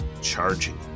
charging